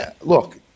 look